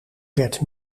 werd